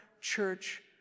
church